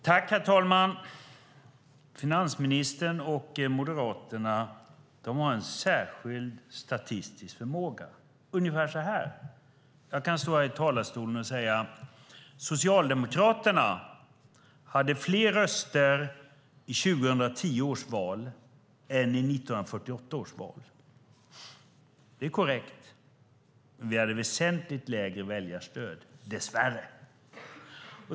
Herr talman! Finansministern och Moderaterna har en särskild statistisk förmåga, ungefär som att jag kan stå här i talarstolen och säga: Socialdemokraterna hade fler röster i 2010 års val än i 1948 års val. Det är korrekt. Men vi hade väsentligt lägre väljarstöd, dess värre.